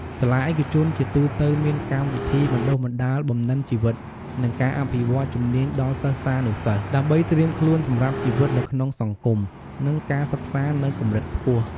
សាលាឯកជនជាទូទៅមានកម្មវិធីបណ្តុះបណ្តាលបំណិនជីវិត និងការអភិវឌ្ឍន៍ជំនាញដល់សិស្សានុសិស្ស ដើម្បីត្រៀមខ្លួនសម្រាប់ជីវិតនៅក្នុងសង្គម និងការសិក្សានៅកម្រិតខ្ពស់។